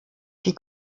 die